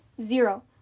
zero